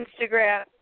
Instagram